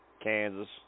Kansas